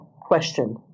question